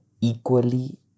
equally